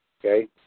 Okay